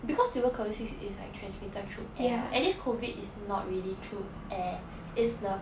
because tuberculosis is like transmitted through air at least COVID is not really through air is the